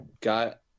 got